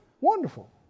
wonderful